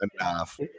enough